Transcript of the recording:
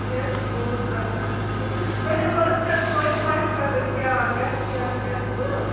یہِ حظ چھِ پوٚز کَتھ اَتھ ؤلِو بہٕ حظ کَرٕ توتہِ مَشورٕ کیٛاہ گَژھِ کیٛاہ نہٕ گَژھِ تہٕ